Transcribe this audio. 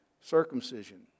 circumcision